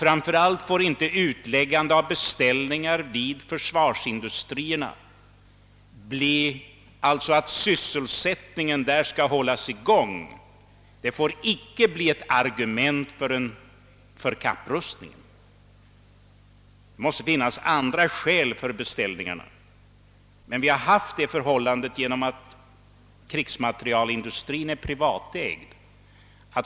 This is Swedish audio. Framför allt får inte ett utläggande av beställningar hos försvarsindustrierna ske med motiveringar, att sysselsättningen där skall hållas vid liv. Detta får icke bli ett argument för en kapprustning; det måste finnas andra skäl för beställningarna. Men vi har haft detta förhållande på grund av att krigsmaterielindustrin är privatägd.